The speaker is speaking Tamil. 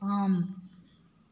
ஆம்